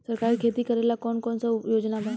सरकार के खेती करेला कौन कौनसा योजना बा?